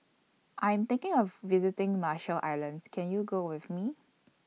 I Am thinking of visiting Marshall Islands Can YOU Go with Me